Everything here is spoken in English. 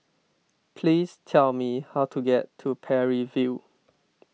please tell me how to get to Parry View